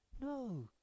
No